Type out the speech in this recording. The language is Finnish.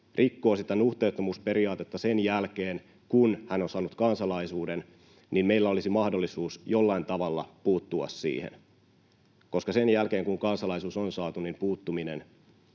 rikkoo sitä nuhteettomuusperiaatetta sen jälkeen, kun hän on saanut kansalaisuuden, niin meillä olisi mahdollisuus jollain tavalla puuttua siihen, koska sen jälkeen, kun kansalaisuus on saatu, puuttuminen